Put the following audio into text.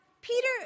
Peter